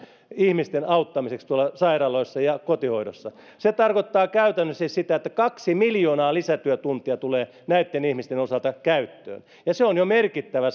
ihmisten auttamiseksi tuolla sairaaloissa ja kotihoidossa se tarkoittaa käytännössä siis sitä että kaksi miljoonaa lisätyötuntia tulee näitten ihmisten osalta käyttöön ja se on jo merkittävä